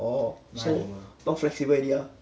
orh so not flexible already ah